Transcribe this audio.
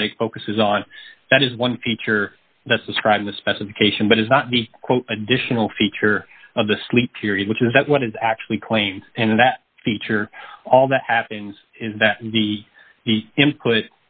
kinetic focuses on that is one feature that's describing the specification but is not the quote additional feature of the sleep period which is that what is actually claimed and that feature all that happens is that the input